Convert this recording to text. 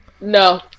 No